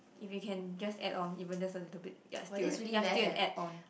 if you can just add on even just a little bit yea still yea still an add on